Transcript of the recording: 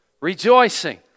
Rejoicing